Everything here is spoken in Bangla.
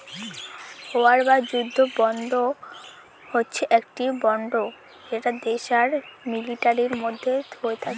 ওয়ার বা যুদ্ধ বন্ড হচ্ছে একটি বন্ড যেটা দেশ আর মিলিটারির মধ্যে হয়ে থাকে